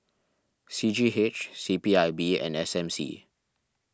C G H C P I B and S M C